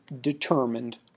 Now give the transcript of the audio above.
determined